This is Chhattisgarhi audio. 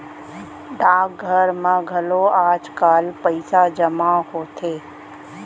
डाकघर म घलौ आजकाल पइसा जमा होथे